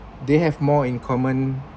they have more in common